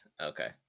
Okay